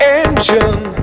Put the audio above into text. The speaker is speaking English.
engine